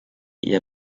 eher